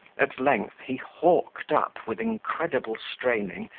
at length, he hawked up, with incredible straining,